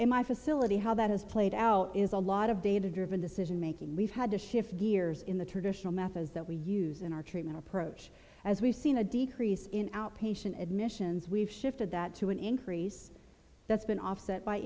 my facility how that has played out is a lot of data driven decision making we've had to shift gears in the traditional methods that we use in our treatment approach as we've seen a decrease in outpatient admissions we've shifted that to an increase that's been offset by